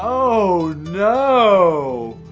oh no.